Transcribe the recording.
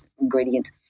ingredients